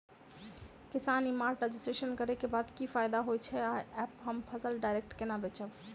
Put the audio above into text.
किसान e mart registration करै केँ बाद की फायदा होइ छै आ ऐप हम फसल डायरेक्ट केना बेचब?